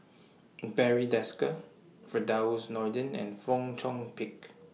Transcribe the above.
Barry Desker Firdaus Nordin and Fong Chong Pik